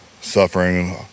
suffering